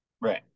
Right